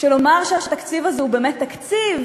שלומר שהתקציב הזה הוא באמת תקציב